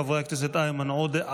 חברי הכנסת איימן עודה,